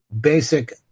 basic